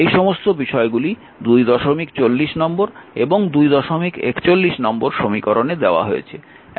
এই সমস্ত বিষয়গুলি 240 নম্বর এবং 241 নম্বর সমীকরণে দেওয়া হয়েছে